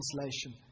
Translation